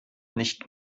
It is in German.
nicht